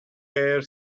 hair